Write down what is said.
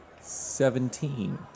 Seventeen